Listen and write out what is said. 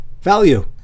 Value